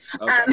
Okay